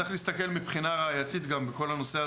צריך להסתכל מבחינה ראייתית גם בכל הנושא.